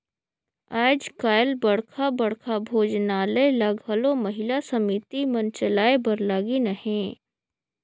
आएज काएल बड़खा बड़खा भोजनालय ल घलो महिला समिति मन चलाए बर लगिन अहें